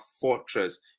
fortress